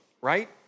right